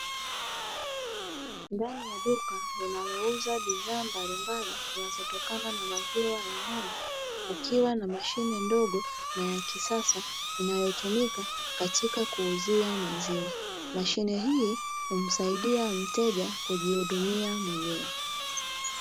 Ndani ya duka linalouza bidhaa mbalimbali zitokana na maziwa ya ng'ombe, kukiwa na mashine ndogo na ya kisasa inayotumika katika kuuzia maziwa. Mashine hii humsaidia mteja kujihudumia mwenyewe.